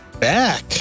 back